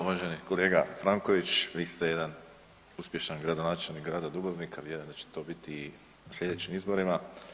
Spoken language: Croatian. Uvaženi kolega Franković, vi ste jedan uspješan gradonačelnik grada Dubrovnika, vjerujem da ćete to biti i na slijedećim izborima.